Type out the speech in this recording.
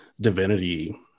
divinity